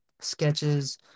sketches